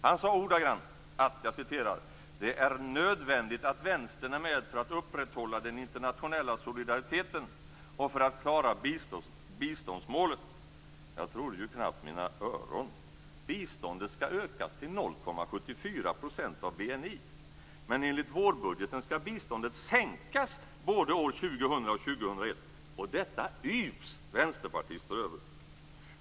Han sade: Det är nödvändigt att Vänstern är med för att upprätthålla den internationella solidariteten och för att klara biståndsmålet. Jag trodde knappt mina öron. Biståndet skall ökas till 0,74 % av BNI. Men enligt vårbudgeten skall biståndet sänkas både år 2000 och år 2001. Detta yvs vänsterpartister över!